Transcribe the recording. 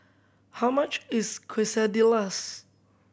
how much is Quesadillas